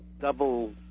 double